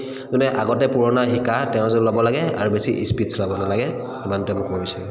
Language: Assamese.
যোনে আগতে পুৰণা শিকা তেওঁ য ল'ব লাগে আৰু বেছি স্পীড চলাব নালাগে সিমানটোৱে মই ক'ব বিচাৰোঁ